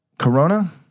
Corona